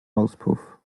auspuff